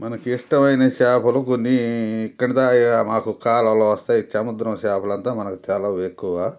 మనకు ఇష్టమైన చేపలు కొన్ని కింద మాకు కాలవలో వస్తాయి సముద్రం చేపలంతా మనకి తెలవవు ఎక్కువ